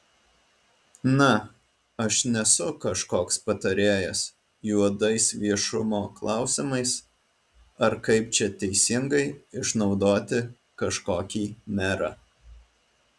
na aš nesu kažkoks patarėjas juodais viešumo klausimais ar kaip čia teisingai išnaudoti kažkokį merą